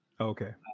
Okay